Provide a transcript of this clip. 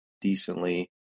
decently